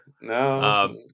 No